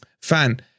fan